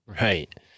Right